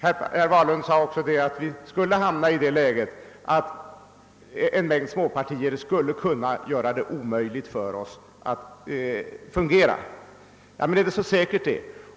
Herr Wahlund sade också att vi skulle kunna hamna i det läget, att en mängd småpartier skulle göra det omöjligt för demokratin att fungera. Är det så säkert?